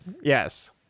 Yes